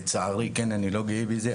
לצערי, כן, אני לא גאה בזה.